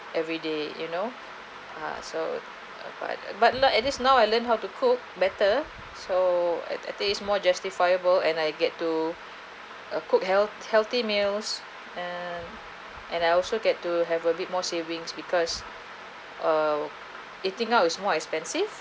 every day you know ah so but butler at least now I learn how to cook better so I I think it's more justifiable and I get to uh cook health healthy meals and and I also get to have a bit more savings because err eating out is more expensive